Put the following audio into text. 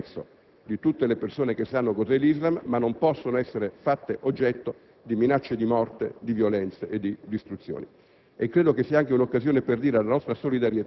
Certe critiche all'Islam andrebbero seppellite dal disprezzo di tutte le persone che sanno cos'è l'Islam, ma esse non possono essere fatte oggetto di minacce di morte, di violenze e di distruzioni.